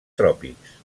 tròpics